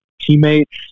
teammates